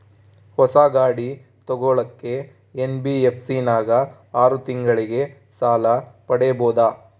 ಹೊಸ ಗಾಡಿ ತೋಗೊಳಕ್ಕೆ ಎನ್.ಬಿ.ಎಫ್.ಸಿ ನಾಗ ಆರು ತಿಂಗಳಿಗೆ ಸಾಲ ಪಡೇಬೋದ?